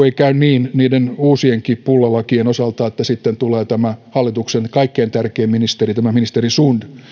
ei käy niin niiden uusienkin pullalakien osalta että sitten tulee tämä hallituksen kaikkein tärkein ministeri tämä ministeri sund